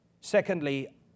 Secondly